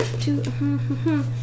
two